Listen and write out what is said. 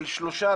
של שלושה,